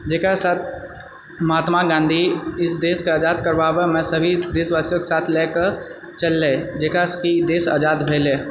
जेकरासे महात्मा गाँधी इस देशके आजाद करबाबएमे सभी देशवासियोके साथ लेके चलले जेकरासेकि ई देश आजाद भेलै